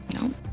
No